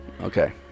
Okay